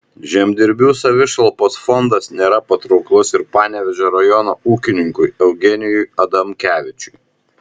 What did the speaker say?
žemdirbių savišalpos fondas nėra patrauklus ir panevėžio rajono ūkininkui eugenijui adamkevičiui